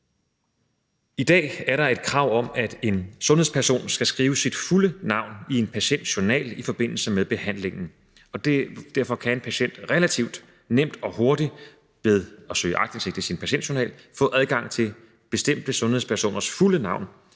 I dag er der et krav om, at en sundhedsperson skal skrive sit fulde navn i en patientjournal i forbindelse med behandlingen, og derfor kan en patient relativt nemt og hurtigt ved at søge aktindsigt i sin patientjournal få adgang til bestemte sundhedspersoners fulde navn